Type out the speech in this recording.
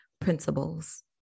principles